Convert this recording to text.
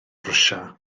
rwsia